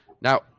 Now